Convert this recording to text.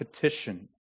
petition